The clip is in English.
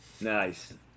Nice